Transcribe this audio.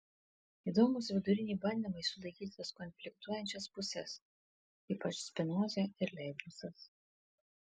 įdomūs viduriniai bandymai sutaikyti tas konfliktuojančias puses ypač spinoza ir leibnicas